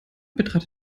betrat